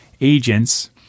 agents